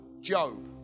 Job